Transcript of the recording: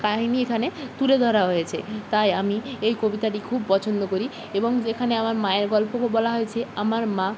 কাহিনি এখানে তুলে ধরা হয়েছে তাই আমি এই কবিতাটি খুব পছন্দ করি এবং যেখানে আমার মায়ের গল্প বলা হয়েছে আমার মা